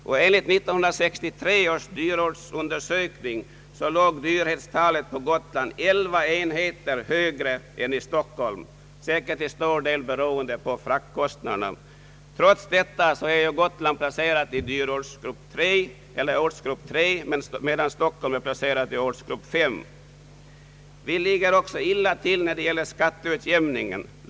Enligt 1964 års dyrortsundersökning låg indextalet på Gotland 11 enheter högre än i Stockholm, säkert till stor del beroende på fraktkostnaderna. Trots detta tillhör Gotland dyrortsgrupp 3, medan Stockholm tillhör dyrortsgrupp 5. Gotland ligger också illa till när det gäller skatteutjämningen.